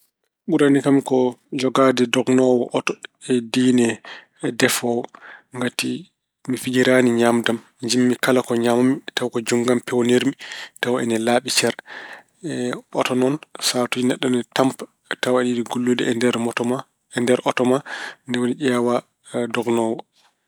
Ɓurani kam ko jogaade dognoowo oto e diine defoowo. Ngati mi fijiraani ñaamde am. Njiɗmi kala ko ñaamatmi tawa ko juutngo am peewnirmi, tawi ina laaɓi cer. Oto noon sahaatuji neɗɗo ina tampa tawa aɗa yiɗi gollude e nder moto ma, nder oto ma. Ni woni ƴeewa dognoowo.